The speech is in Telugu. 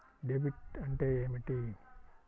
డెబిట్ అంటే ఏమిటి?